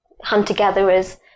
hunter-gatherers